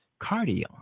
Cardio